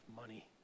money